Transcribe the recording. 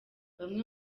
bamwe